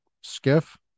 skiff